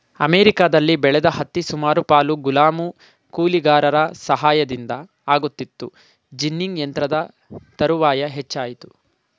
ಅಮೆರಿಕದಲ್ಲಿ ಬೆಳೆದ ಹತ್ತಿ ಸುಮಾರು ಪಾಲು ಗುಲಾಮ ಕೂಲಿಗಾರರ ಸಹಾಯದಿಂದ ಆಗುತ್ತಿತ್ತು ಜಿನ್ನಿಂಗ್ ಯಂತ್ರದ ತರುವಾಯ ಹೆಚ್ಚಾಯಿತು